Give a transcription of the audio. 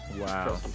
Wow